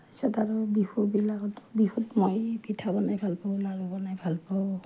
তাৰপাছত আৰু বিহুবিলাকতো বিহুত মই পিঠা বনাই ভালপাওঁ লাড়ু বনাই ভালপাওঁ